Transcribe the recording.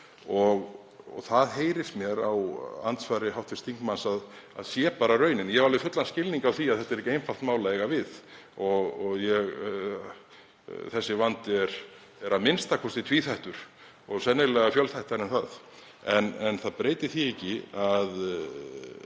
og það heyrist mér á andsvari hv. þingmanns að sé bara raunin. Ég hef alveg fullan skilning á því að þetta er ekki einfalt mál að eiga við og þessi vandi er a.m.k. tvíþættur og sennilega fjölþættari en það. En það breytir því ekki að